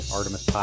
Artemis